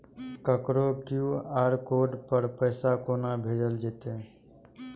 ककरो QR code पर पैसा कोना भेजल जेतै?